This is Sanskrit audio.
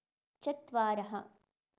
चत्वारः